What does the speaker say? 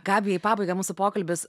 gabija į pabaigą mūsų pokalbis